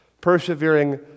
persevering